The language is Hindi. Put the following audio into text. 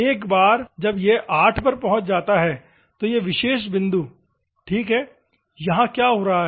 एक बार जब यह 8 पर पहुंच जाता है तो यह विशेष बिंदु ठीक है यहाँ क्या हो रहा है